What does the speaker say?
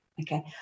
Okay